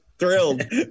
Thrilled